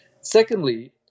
Secondly